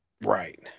Right